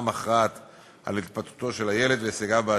מכרעת על התפתחותו של הילד והישגיו בעתיד.